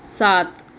سات